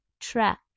track